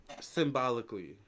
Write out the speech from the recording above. Symbolically